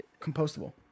compostable